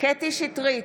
קטי קטרין שטרית,